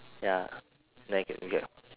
ya like g~ get